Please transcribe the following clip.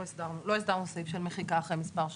לא הסדרנו סעיף של מחיקה אחרי מספר שנים,